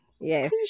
Yes